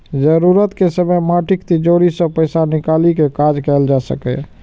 जरूरत के समय माटिक तिजौरी सं पैसा निकालि कें काज कैल जा सकैए